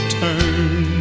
turn